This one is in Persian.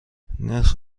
نرخ